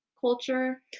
culture